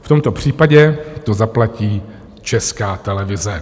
V tomto případě to zaplatí Česká televize.